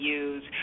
use